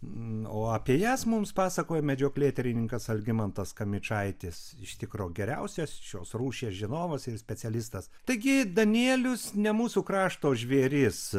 n o apie jas mums pasakojo medžioklėtyrininkas algimantas kamičaitis iš tikro geriausias šios rūšies žinovas ir specialistas taigi danielius ne mūsų krašto žvėris